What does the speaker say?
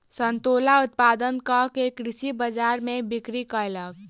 संतोला उत्पादन कअ के कृषक बजार में बिक्री कयलक